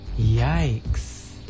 Yikes